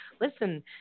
Listen